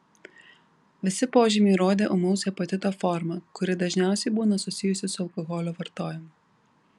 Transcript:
visi požymiai rodė ūmaus hepatito formą kuri dažniausiai būna susijusi su alkoholio vartojimu